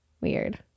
Weird